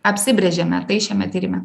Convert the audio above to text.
apsibrėžėme tai šiame tyrime